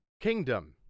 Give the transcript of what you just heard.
Kingdom